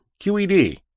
QED